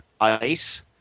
ice